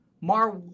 Mar